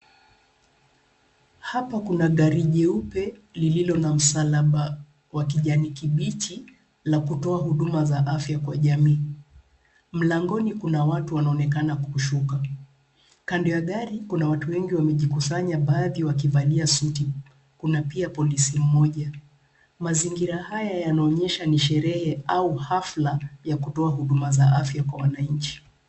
Hapa kuna gari jeupe lililo na msalaba wa kijani kibichi la kutoa huduma za afya kwa jamii. Mlangoni kuna watu wanaonekana kushuka. Kando ya gari, kuna watu wengi wamejikusanya baadhi wakivalia suti, kuna pia polisi mmoja. Mazingira haya yanaonyesha ni sherehe au hafla ya kutoa huduma za afya kwa wananchi.